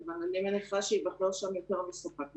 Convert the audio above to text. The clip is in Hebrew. אבל אני מניחה שייבחר שם יותר מספק אחד.